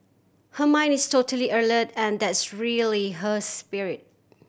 her mind is totally alert and that's really her spirit